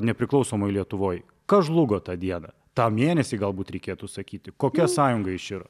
nepriklausomoj lietuvoj kas žlugo tą dieną tą mėnesį galbūt reikėtų sakyti kokia sąjunga iširo